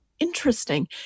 Interesting